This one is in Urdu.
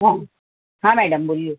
ہاں ہاں میڈم بولیے